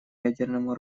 ядерному